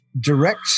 direct